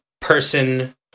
person